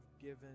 given